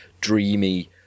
dreamy